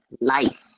life